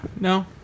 no